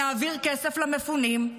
נעביר כסף למפונים?